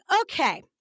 okay